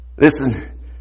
Listen